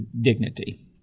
dignity